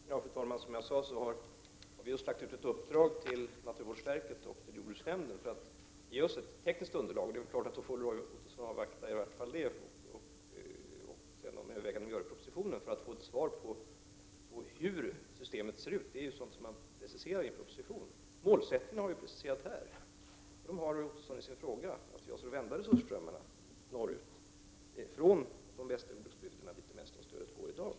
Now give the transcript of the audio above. Fru talman! Som jag sade har vi just lagt ut ett uppdrag till naturvårdsverket och jordbruksnämnden för att vi skall få ett tekniskt underlag. Roy Ottosson måste i varje fall vänta tills vi har fått detta underlag och se vilka överväganden som vi gör i propositionen. Då kan man få en uppfattning om hur systemet är. Detta är ju sådant som preciseras i en proposition. Målsättningen har presenterats här. I svaret på frågan framhålls att resursströmmarna skall riktas norrut från de bästa jordbruksbygderna dit det mesta stödet går i dag.